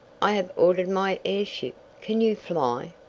i have ordered my airship. can you fly?